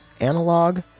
analog